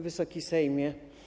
Wysoki Sejmie!